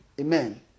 Amen